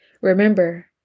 Remember